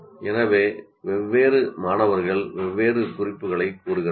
எனவே வெவ்வேறு மாணவர்கள் வெவ்வேறு குறிப்புகளைக் கூறுகிறார்கள்